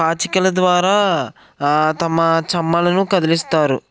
పాచికల ద్వారా తమ చమ్మలను కదిలిస్తారు